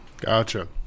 Gotcha